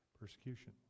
persecution